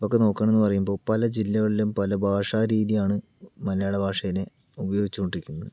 ഒക്കെ നോക്കണംന്നു പറയുമ്പോൾ പല ജില്ലകളിലും പല ഭാഷാരീതിയാണ് മലയാള ഭാഷയില് ഉപയോഗിച്ചു കൊണ്ടിരിക്കുന്നത്